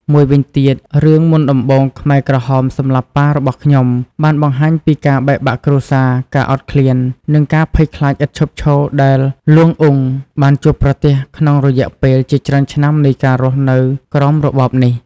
មួយវិញទៀតរឿង មុនដំបូងខ្មែរក្រហមសម្លាប់ប៉ារបស់ខ្ញុំ បានបង្ហាញពីការបែកបាក់គ្រួសារ ការអត់ឃ្លាន និងការភ័យខ្លាចឥតឈប់ឈរដែល លួង អ៊ុង បានជួបប្រទះក្នុងរយៈពេលជាច្រើនឆ្នាំនៃការរស់នៅក្រោមរបបនេះ។